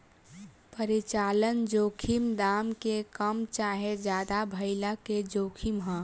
परिचालन जोखिम दाम के कम चाहे ज्यादे भाइला के जोखिम ह